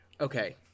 okay